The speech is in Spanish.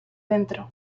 adentro